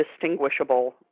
distinguishable